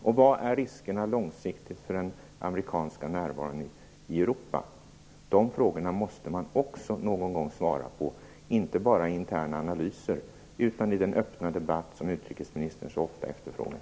Och vad är riskerna långsiktigt för den amerikanska närvaron i Europa? De frågorna måste man också någon gång svara på, inte bara i interna analyser utan i den öppna debatt som utrikesministern så ofta efterfrågar.